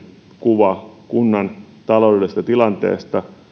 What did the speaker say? kuva kunnan taloudellisesta tilanteesta